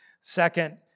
Second